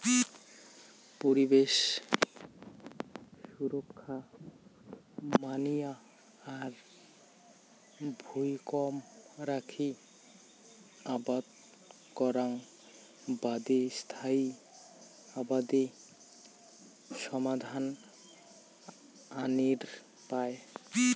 পরিবেশ সুরক্ষা মানিয়া আর ভুঁই কম রাখি আবাদ করাং বাদি স্থায়ী আবাদি সমাধান আনির পায়